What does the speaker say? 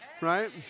Right